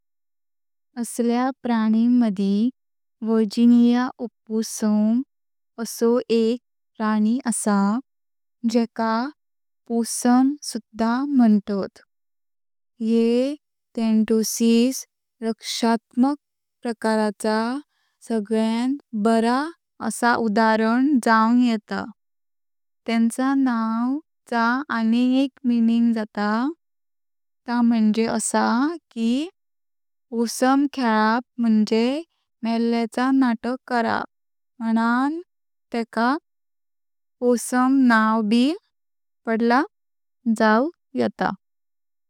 अस्या प्राणीमद्दी Virginia opossum असा एक प्राणी आसा जेका पोसूम सुद्धा म्हुंटात। ह्ये ठांटॉसिस रक्षकात्मक प्रकाराच्या सगल्यां बरा आसा उदाहरण जाआवक येता। तेंचा नाव चा अनिक एक मीनिंग जाता ता म्हणजे असा कि पोसूम खेळप म्हणजे मल्ल्याच्या नाटक करप म्हुणों तेंका पोसूम नाव ब पडलां जाआव येता।